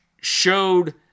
showed